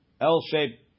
L-shaped